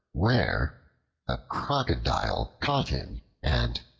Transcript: where a crocodile caught him and